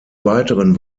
weiteren